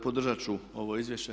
Podržati ću ovo izvješće.